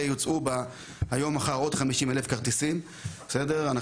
שיוצעו היום או מחר עוד 50,000 כרטיסים --- לנו